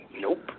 Nope